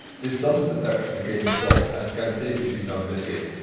this doesn't affect the game itself and can savely be done mid-game.